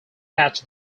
catch